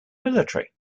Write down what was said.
military